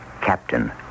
Captain